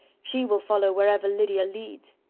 she will follow wherever lydia leads.